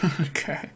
Okay